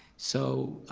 so